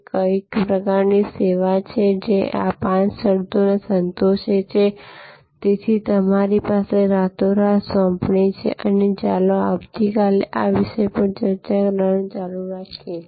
કે કઈ પ્રકારની સેવાઓ છે જે આ પાંચ શરતોને સંતોષે છે તેથી તે તમારી રાતોરાત સોંપણી છે અને ચાલો આવતીકાલે આ વિષય પર ચર્ચા કરવાનું ચાલુ રાખીએ